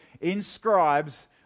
inscribes